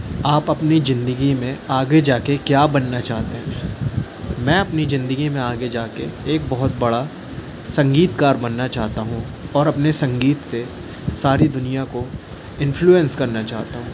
आप अपनी ज़िंदगी में आगे जाके क्या बनना चाहते है मैं अपनी ज़िंदगी में आगे जाके एक बहुत बड़ा संगीतकार बनना चाहता हूँ और अपने संगीत से सारी दुनिया को इन्फ्लूएन्स करना चाहता हूँ